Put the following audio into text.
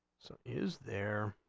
so is there